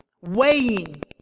weighing